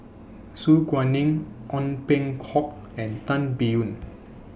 Su Guaning Ong Peng Hock and Tan Biyun